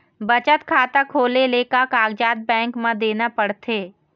बचत खाता खोले ले का कागजात बैंक म देना पड़थे?